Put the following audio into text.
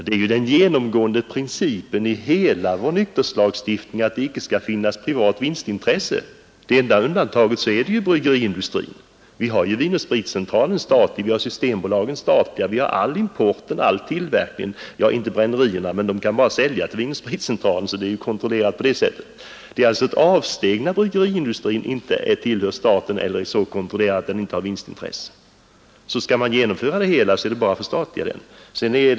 Det är ju den genomgående principen i hela vår nykterhetslagstiftning att det icke skall finnas privat vinstintresse. Det enda undantaget är bryggeriindustrin. Vinoch spritcentralen är ju statlig, Systembolaget är statligt liksom all import och tillverkning. Det gäller inte brännerierna, men de kan bara sälja till Vinoch spritcentralen, så deras verksamhet är ju kontrollerad på det sättet. Det innebär alltså ett avsteg när bryggeriindustrin inte tillhör staten eller är så kontrollerad att den inte har vinstintresse. Skall man genomföra principen helt, så är det bara att förstatliga bryggeriindustrin.